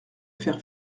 faire